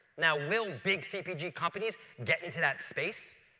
now will big cbg companies get into that space?